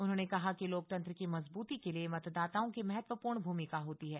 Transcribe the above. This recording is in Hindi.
उन्होंने कहा कि लोकतंत्र की मजबूती के लिए मतदाताओं की महत्वपूर्ण भूमिका होती है